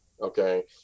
okay